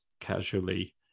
casually